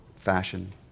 fashion